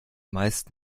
meist